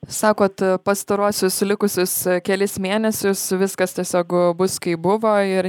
sakot pastaruosius likusius kelis mėnesius viskas tiesiog bus kaip buvo ir